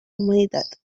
humanitat